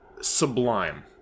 sublime